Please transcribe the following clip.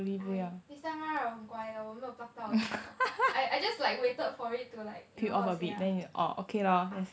I this time round 我很乖的我没有 pluckout you know I I just like waited for it to like you know how to say ah